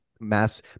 mass